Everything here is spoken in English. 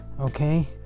Okay